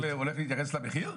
הוא הולך להתייחס למחיר?